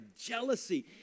jealousy